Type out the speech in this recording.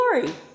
glory